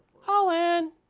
Holland